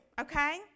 okay